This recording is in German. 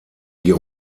die